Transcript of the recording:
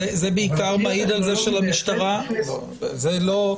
לאור